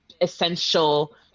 essential